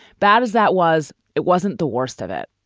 bad as that was, it wasn't the worst of it.